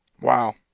Wow